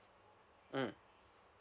mm